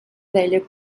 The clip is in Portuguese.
velha